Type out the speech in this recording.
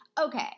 Okay